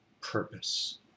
purpose